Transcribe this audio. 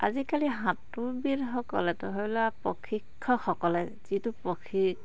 আজিকালি সাঁতোৰবিদসকলে প্ৰশিক্ষকলে যিটো প্ৰশিক্ষণ